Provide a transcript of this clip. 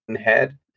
head